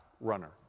runner